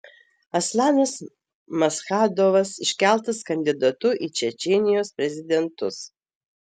aslanas maschadovas iškeltas kandidatu į čečėnijos prezidentus